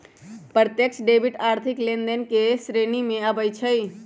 प्रत्यक्ष डेबिट आर्थिक लेनदेन के श्रेणी में आबइ छै